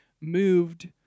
moved